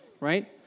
right